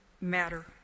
matter